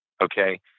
Okay